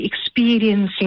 experiencing